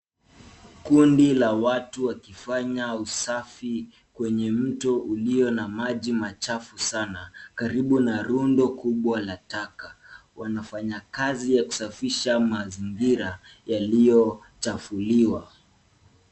Kundi la watu wakifanya usafi kwenye mto ulio na maji machafu sana, karibu na rundo kubwa la taka. Wanafanya kazi ya kusafisha mazingira, yaliochafuliwa.